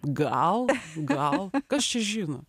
gal gal kas čia žino